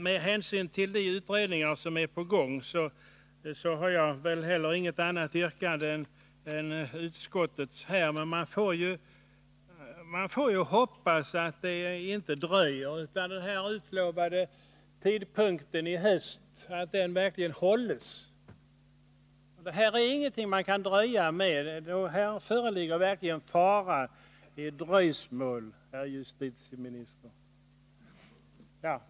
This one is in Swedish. Med hänsyn till de utredningar som är på gång har jag heller inget annat yrkande än utskottets, men jag får ju hoppas att den utlovade tidpunkten i höst verkligen hålls. Det här är ingenting man kan dröja med, här ligger verkligen fara i dröjsmål, herr justitieminister.